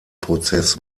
prozess